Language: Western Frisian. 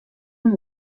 him